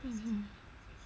mm